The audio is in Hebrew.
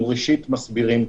אנחנו ראשית מסבירים,